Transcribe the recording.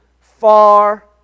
far